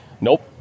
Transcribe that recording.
nope